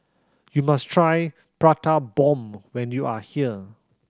you must try Prata Bomb when you are here